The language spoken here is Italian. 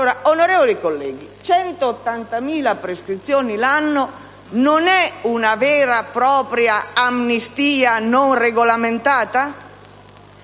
Onorevoli colleghi, 180.000 prescrizioni all'anno non rappresentano una vera e propria amnistia non regolamentata